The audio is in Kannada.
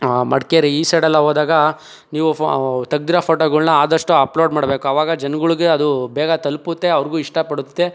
ಮಡಿಕೇರಿ ಈ ಸೈಡೆಲ್ಲ ಹೋದಾಗ ನೀವು ಫೋ ತೆಗ್ದಿರೋ ಫೋಟೋಗಳ್ನ ಆದಷ್ಟು ಅಪ್ಲೋಡ್ ಮಾಡಬೇಕು ಅವಾಗ ಜನಗುಳ್ಗೆ ಅದು ಬೇಗ ತಲುಪುತ್ತೆ ಅವ್ರಿಗು ಇಷ್ಟಪಡುತ್ತೆ